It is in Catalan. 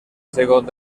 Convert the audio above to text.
segon